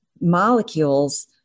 molecules